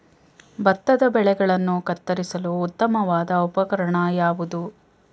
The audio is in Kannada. ಭತ್ತದ ಬೆಳೆಗಳನ್ನು ಕತ್ತರಿಸಲು ಉತ್ತಮವಾದ ಉಪಕರಣ ಯಾವುದು?